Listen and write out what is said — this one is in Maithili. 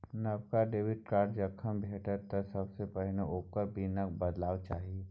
नबका डेबिट कार्ड जखन भेटय तँ सबसे पहिने ओकर पिन बदलबाक चाही